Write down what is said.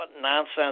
nonsense